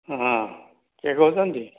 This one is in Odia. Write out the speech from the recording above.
ହଁ କିଏ କହୁଛନ୍ତି